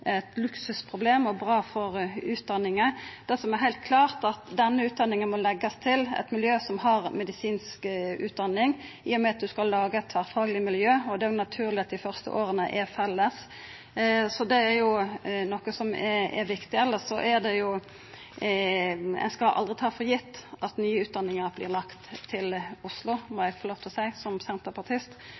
luksusproblem, og bra for utdanninga. Det som er heilt klart, er at denne utdanninga må leggjast til eit miljø som har medisinsk utdanning, i og med at ein skal laga eit tverrfagleg miljø, og då er det naturleg at dei første åra er felles. Det er noko som er viktig. Elles skal ein aldri ta for gitt at den nye utdanninga blir lagd til Oslo, må eg få lov til å seia som senterpartist,